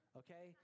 okay